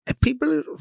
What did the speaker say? People